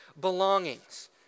belongings